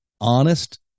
honest